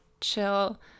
chill